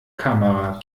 kamera